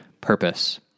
purpose